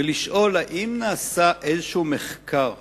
ולשאול אם נעשה איזשהו מחקר